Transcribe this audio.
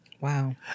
Wow